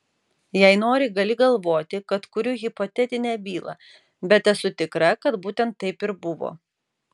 jei nori gali galvoti kad kuriu hipotetinę bylą bet esu tikra kad būtent taip ir buvo